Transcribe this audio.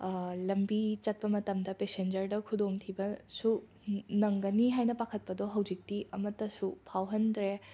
ꯂꯝꯕꯤ ꯆꯠꯄ ꯃꯇꯝꯗ ꯄꯦꯁꯦꯟꯖꯔꯗ ꯈꯨꯗꯣꯡꯊꯤꯕꯁꯨ ꯅꯪꯒꯅꯤ ꯍꯥꯏꯅ ꯄꯥꯈꯠꯄꯗꯣ ꯍꯧꯖꯤꯛꯇꯤ ꯑꯃꯠꯇꯁꯨ ꯐꯥꯎꯍꯟꯗꯔꯦ